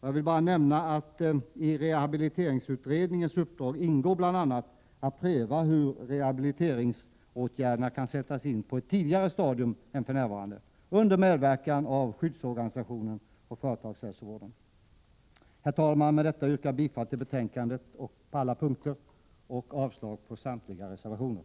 Jag vill bara nämna att det i rehabiliteringsutredningens uppdrag bl.a. ingår att pröva hur rehabiliteringsåtgärderna kan sättas in på ett tidigare stadium än för närvarande, under medverkan av skyddsorganisationen och företagshälsovården. Herr talman! Med detta yrkar jag bifall till utskottets hemställan på alla punkter och avslag på samtliga reservationer.